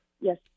yes